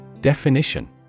Definition